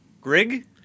Grig